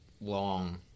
long